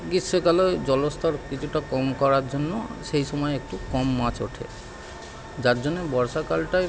গ্রীষ্মকালে ওই জলস্তরটা কিছুটা কম করার জন্য সেই সময় একটু কম মাছ ওঠে যার জন্য বর্ষাকালটায়